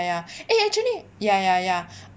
ya eh actually ya ya ya